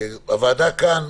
הוועדה כאן